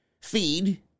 feed